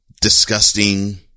disgusting